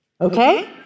Okay